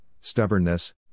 stubbornness